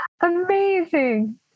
Amazing